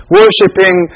worshipping